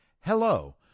hello